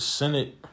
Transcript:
Senate